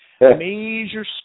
Major